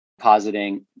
positing